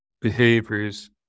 behaviors